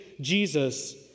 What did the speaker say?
Jesus